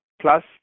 plus